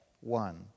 One